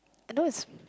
I know is